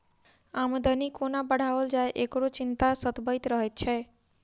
आमदनी कोना बढ़ाओल जाय, एकरो चिंता सतबैत रहैत छै